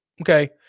okay